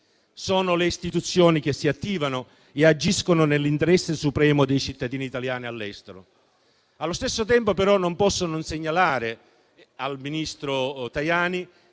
Sono le istituzioni che si attivano e agiscono nell'interesse supremo dei cittadini italiani all'estero. Allo stesso tempo, però, non posso non segnalare al ministro Tajani